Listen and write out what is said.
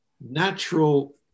Natural